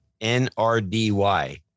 N-R-D-Y